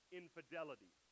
infidelity